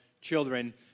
children